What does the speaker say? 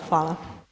Hvala.